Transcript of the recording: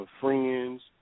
friends